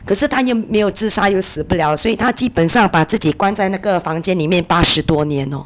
可是她又没有自杀又死不了所以她基本上把自己关在那个房间里面八十多年 orh